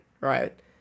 right